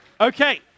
Okay